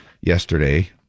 yesterday